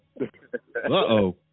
Uh-oh